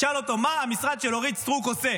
ותשאל אותו: מה המשרד של אורית סטרוק עושה?